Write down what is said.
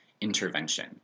intervention